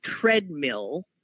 treadmill